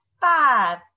five